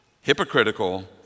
hypocritical